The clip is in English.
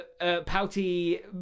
pouty